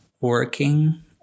working